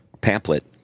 Pamphlet